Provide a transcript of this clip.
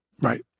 right